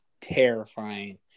terrifying